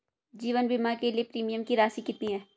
जीवन बीमा के लिए प्रीमियम की राशि कितनी है?